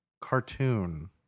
cartoon